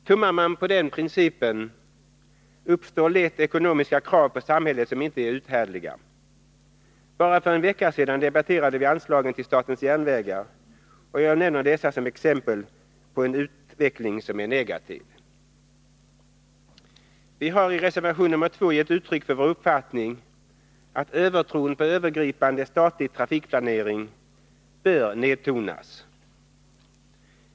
Tummar man på den principen uppstår lätt ekonomiska krav på samhället som inte är uthärdliga. Bara för en vecka sedan debatterade vi anslagen till statens järnvägar, och jag nämner dessa som exempel på en utveckling som är negativ. Vi har i reservation nr 2 gett uttryck för vår uppfattning att övertron på övergripande statlig trafikplanering bör nedtonas.